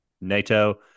NATO